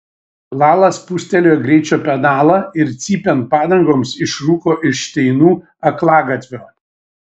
lala spustelėjo greičio pedalą ir cypiant padangoms išrūko iš šteinų aklagatvio